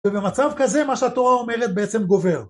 ובמצב כזה מה שהתורה אומרת בעצם גובר